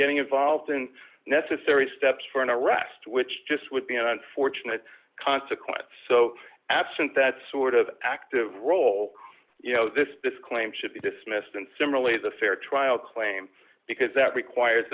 getting involved in necessary steps for an arrest which just would be an unfortunate consequence so absent that sort of active role you know this disclaim should be dismissed and similarly as a fair trial claim because that requires